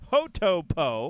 Hotopo